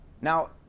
Now